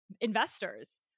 investors